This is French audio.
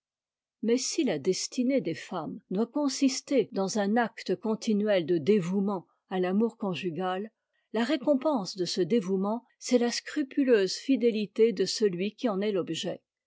mais si la destinée des femmes doit consister dans un acte continuel de dévouement à l'amour conjugal la récompense de ce dévouement c'est la scrupuleuse cdéiité de celui qui en est l'objet